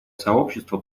сообщество